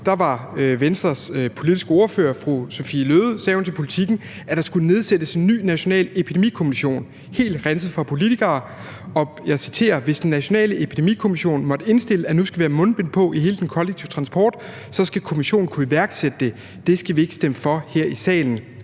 sagde Venstres politiske ordfører, fru Sophie Løhde, til Politiken, at der skulle nedsættes en ny national epidemikommission helt renset for politikere, og jeg citerer: »Hvis den nationale epidemikommission måtte indstille, at nu skal vi have mundbind på i hele den kollektive transport, så skal kommissionen kunne iværksætte det. Det skal vi ikke stemme om i salen.